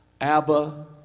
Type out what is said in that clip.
Abba